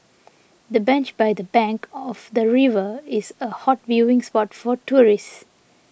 the bench by the bank of the river is a hot viewing spot for tourists